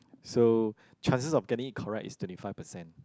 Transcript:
so chances of getting it correct is twenty five percent